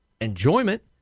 enjoyment